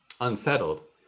unsettled